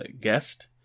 guest